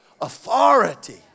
authority